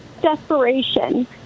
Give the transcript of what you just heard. desperation